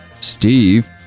Steve